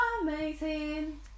amazing